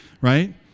Right